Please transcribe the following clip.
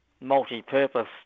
multi-purpose